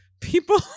People